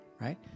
right